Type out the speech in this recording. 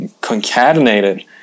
concatenated